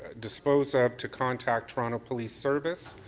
dispose of to contact toronto police service.